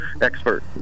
expert